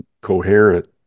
coherent